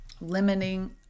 limiting